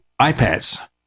iPads